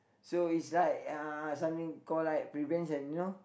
so it's like uh something called like prevention you know